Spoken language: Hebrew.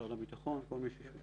משרד הביטחון כל מי שהוא צד.